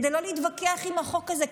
כדי לא להתווכח עם החוק הזה,